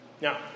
now